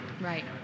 right